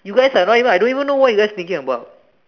you guys are not even I don't even know what you guys thinking about